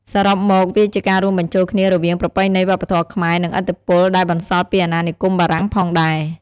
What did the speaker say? សរុបមក វាជាការរួមបញ្ចូលគ្នារវាងប្រពៃណីវប្បធម៌ខ្មែរ និងឥទ្ធិពលដែលបន្សល់ពីអាណានិគមបារាំងផងដែរ។